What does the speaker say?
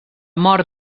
mort